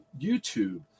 YouTube